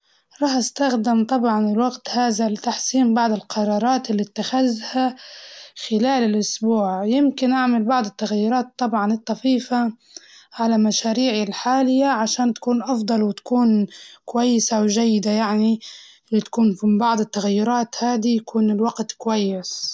راح أستخدم طبعاً الوقت هزا لتحسين بعض القرارات اللي اتخذتها خلال الأسبوع، يمكن أعمل بعض التغييرات طبعاً الطفيفة على مشاريعي الحالية علشان تكون أفضل وتكون كويسة وجيدة يعني، بتكون في بعض التغيرات هادي يكون الوقت كويس.